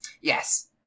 Yes